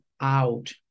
out